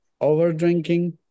Over-drinking